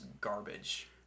garbage